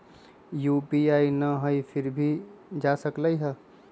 UPI न हई फिर भी जा सकलई ह?